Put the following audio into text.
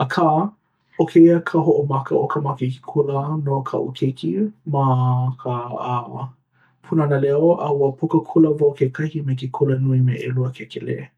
Akā, ʻo kēia ka hoʻomaka o ka makahiki kula no kaʻu keiki ma ka uh Pūnana Leo a ua puka kula wau kekahi mai ke kulanui me ʻelua kekelē.